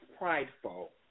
prideful